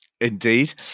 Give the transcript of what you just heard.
Indeed